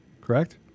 correct